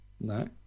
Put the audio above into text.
No